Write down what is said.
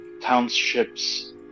townships